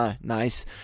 nice